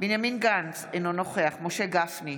בנימין גנץ, אינו נוכח משה גפני,